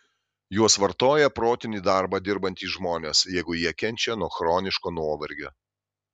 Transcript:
juos vartoja protinį darbą dirbantys žmonės jeigu jie kenčia nuo chroniško nuovargio